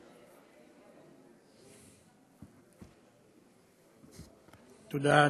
תודה,